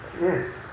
Yes